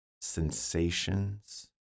sensations